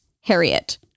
Harriet